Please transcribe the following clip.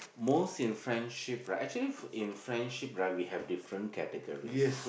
most in friendship right actually in friendship right we have different categories